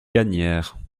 gagnaire